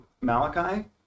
Malachi